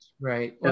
right